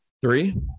Three